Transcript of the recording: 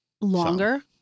longer